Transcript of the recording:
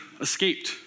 escaped